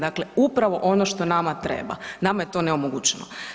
Dakle, upravo ono što nama treba nama je to neomogućeno.